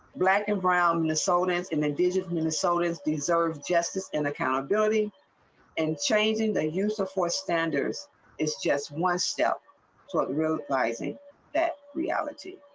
black and brown minnesotans in the days of minnesotans deserve justice and accountability and changing the use of force. sanders is just one step. so it really rising that reality.